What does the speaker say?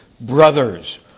brothers